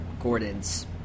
Gordon's